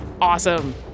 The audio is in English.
Awesome